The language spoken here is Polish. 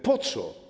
Po co?